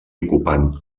ocupant